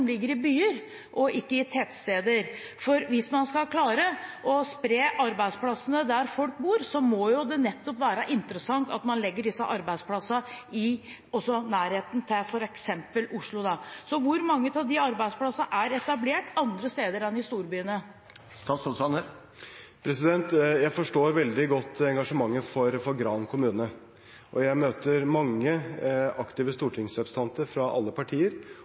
ligger i byer og ikke i tettsteder. For hvis man skal klare å spre arbeidsplassene til der folk bor, må det være interessant at man legger disse arbeidsplassene også i nærheten av f.eks. Oslo. Så hvor mange av de arbeidsplassene er etablert andre steder enn i storbyene? Jeg forstår veldig godt engasjementet for Gran kommune. Jeg møter mange aktive stortingsrepresentanter fra alle partier